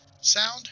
sound